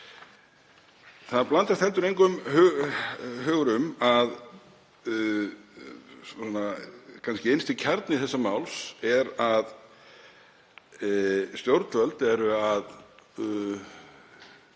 Það blandast engum hugur um að innsti kjarni þessa máls er að stjórnvöld eru að